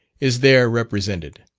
is there represented.